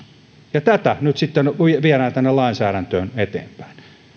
ja tätä nyt sitten viedään tänne lainsäädäntöön eteenpäin